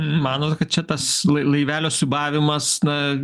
manot kad čia tas lai laivelio siūbavimas